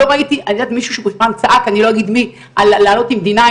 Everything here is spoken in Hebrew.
היה פה מישהו שפעם צעק על לעלות עם די-9